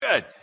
Good